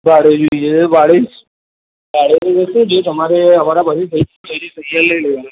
ભાડે જોઈએ છે ભાડેમાં શું છે તમારે તમારા તૈયાર લઈ લેવાના